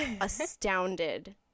astounded